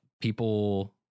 people